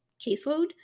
caseload